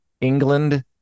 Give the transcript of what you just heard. England